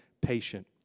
patient